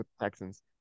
texans